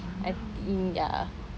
I think uh